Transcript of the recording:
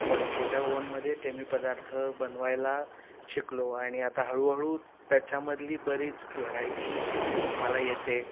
पण छोट्या ओव्हनमध्ये ते मी पदार्थ बनवायला शिकलो आणि आता हळूहळू त्याच्यामधली बरीच व्हरायटी मला येते